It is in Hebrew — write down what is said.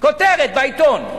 כותרת בעיתון.